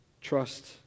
trust